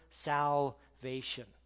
salvation